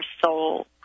soul